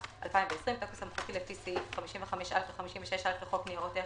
התשפ"א-2020 "בתוקף סמכותי לפי סעיף 55א ו-56(א) לחוק ניירות ערך,